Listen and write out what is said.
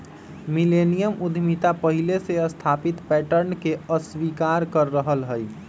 millennium उद्यमिता पहिले से स्थापित पैटर्न के अस्वीकार कर रहल हइ